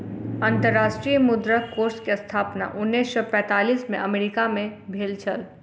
अंतर्राष्ट्रीय मुद्रा कोष के स्थापना उन्नैस सौ पैंतालीस में अमेरिका मे भेल छल